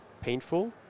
painful